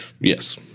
Yes